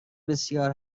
بسیار